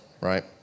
right